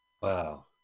Wow